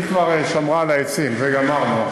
היא כבר שמרה על העצים, את זה גמרנו.